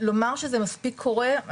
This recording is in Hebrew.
לומר שזה מספיק קורה,